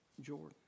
Jordan